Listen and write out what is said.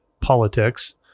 politics